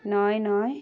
নয় নয়